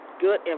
good